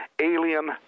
alien